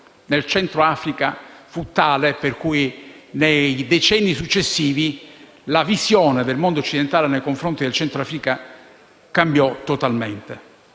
nel Centro Africa fu tale per cui nei decenni successivi la visione del mondo occidentale nei confronti del Centro Africa cambiò totalmente.